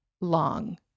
long